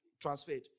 transferred